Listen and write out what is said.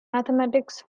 mathematics